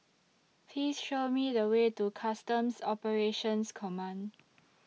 Please Show Me The Way to Customs Operations Command